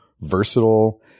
versatile